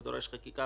ודורש חקיקה